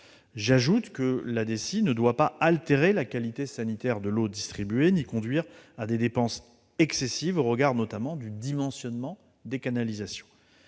J'ajoute que la DECI ne doit pas altérer la qualité sanitaire de l'eau distribuée ni conduire à des dépenses excessives, au regard, notamment, du dimensionnement des canalisations.